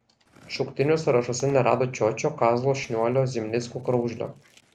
šauktinių sąrašuose nerado čiočio kazlo šniuolio zimnicko kraužlio